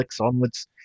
onwards